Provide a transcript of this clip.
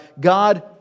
God